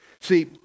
See